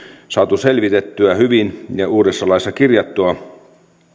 saatu selvitettyä hyvin ja uudessa laissa kirjattua